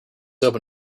open